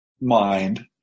mind